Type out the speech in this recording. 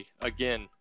Again